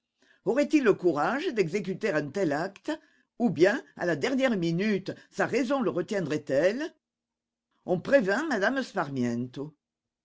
aurait-il le courage d'exécuter un tel acte ou bien à la dernière minute sa raison le retiendrait elle on prévint